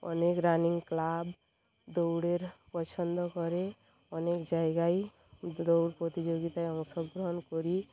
অনেক running club দৌড়ের পছন্দ করে অনেক জায়গায় দৌড় প্রতিযোগিতায় অংশগ্রহণ করি